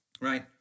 Right